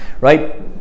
right